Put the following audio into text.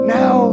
now